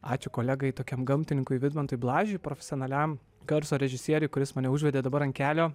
ačiū kolegai tokiam gamtininkui vidmantui blažiui profesionaliam garso režisieriui kuris mane užvedė dabar ant kelio